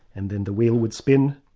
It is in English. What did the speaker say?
and then the wheel would spin,